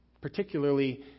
particularly